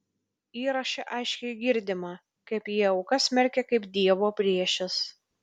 įraše aiškiai girdima kaip jie aukas smerkia kaip dievo priešes